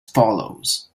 follows